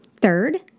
Third